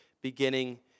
beginning